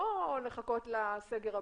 לא לחכות לסגר הבא,